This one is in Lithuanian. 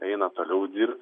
eina toliau ir